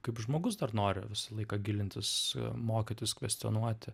kaip žmogus dar nori visą laiką gilintis mokytis kvestionuoti